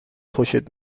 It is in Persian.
خوشت